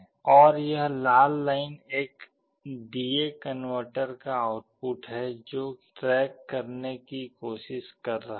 और यह लाल लाइन एक डी ए कनवर्टर का आउटपुट है जो ट्रैक करने की कोशिश कर रहा है